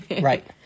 Right